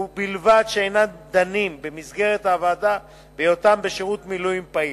ובלבד שאינם דנים במסגרת הוועדה בהיותם בשירות מילואים פעיל.